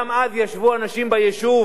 גם אז ישבו אנשים ביישוב,